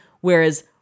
Whereas